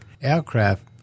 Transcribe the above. aircraft